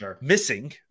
missing